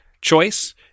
choice